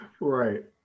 Right